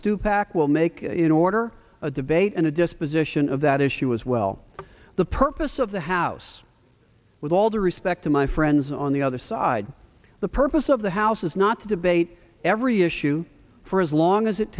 will make in order a debate and a disposition of that issue as well the purpose of the house with all due respect to my friends on the other side the purpose of the house is not to debate every issue for as long as it